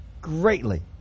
greatly